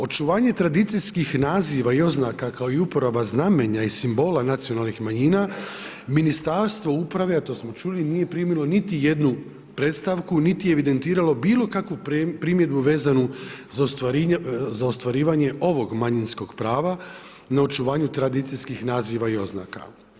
Očuvanje tradicijskih naziva i oznaka, kao i uporaba znamenja i simbola nacionalnih manjina, Ministarstvo uprave, a to smo čuli, nije primilo niti jednu predstavku niti je evidentiralo bilo kakvu primjedbu vezanu za ostvarivanje ovog manjinskog prava na očuvanju tradicijskih naziva i oznaka.